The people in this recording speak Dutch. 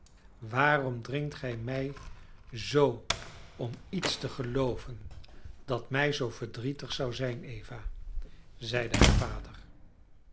waarom dringt gij mij zoo om iets te gelooven dat mij zoo verdrietig zou zijn eva zeide haar vader